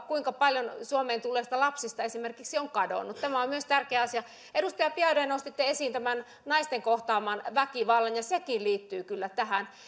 kuinka paljon suomeen tulleista lapsista esimerkiksi on kadonnut tämä on myös tärkeä asia edustaja biaudet nostitte esiin naisten kohtaaman väkivallan ja sekin liittyy kyllä tähän